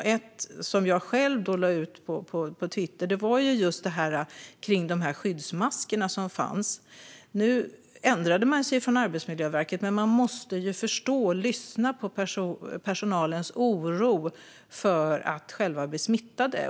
Det som jag lade ut på Twitter var just om skyddsmaskerna som fanns men inte fick användas. Nu har Arbetsmiljöverket ändrat sig. Men man måste ju förstå och lyssna på personalens oro för att de själva ska bli smittade.